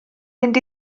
mynd